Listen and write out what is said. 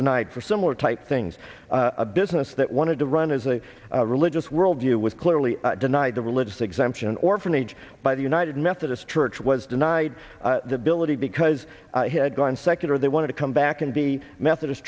denied for similar type things a business that wanted to run as a religious worldview was clearly denied the religious exemption orphanage by the united methodist church was denied the ability because he had gone secular they wanted to come back and be methodist